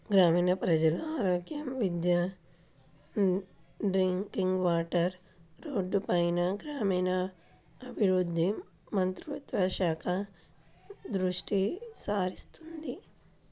గ్రామీణ ప్రజల ఆరోగ్యం, విద్య, డ్రింకింగ్ వాటర్, రోడ్లపైన గ్రామీణాభివృద్ధి మంత్రిత్వ శాఖ దృష్టిసారిస్తుంది